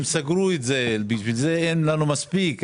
הם סגרו את זה ובגלל זה אין לנו מספיק.